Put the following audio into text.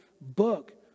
book